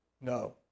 No